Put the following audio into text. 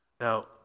Now